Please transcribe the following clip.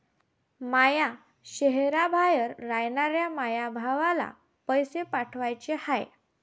माया शैहराबाहेर रायनाऱ्या माया भावाला पैसे पाठवाचे हाय